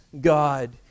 God